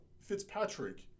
Fitzpatrick